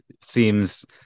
seems